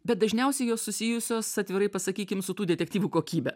bet dažniausiai jos susijusios atvirai pasakykim su tų detektyvų kokybe